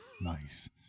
Nice